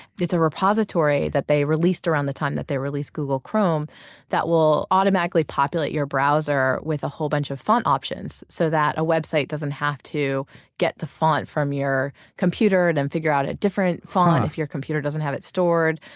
it's a repository that they released around the time that they released google chrome that will automatically populate your browser with a whole bunch of font options. so that a website doesn't have to get the font from your computer and and figure out a different font if your computer doesn't have it stored.